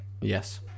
Yes